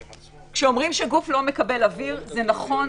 כשאומרים שגוף לא מקבל אוויר, זה נכון.